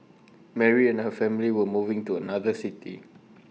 Mary and her family were moving to another city